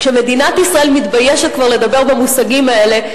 כשמדינת ישראל מתביישת כבר לדבר במושגים האלה,